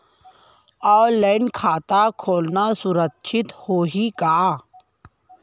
Online खाता खोलना सुरक्षित होही का?